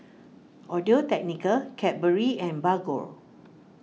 Audio Technica Cadbury and Bargo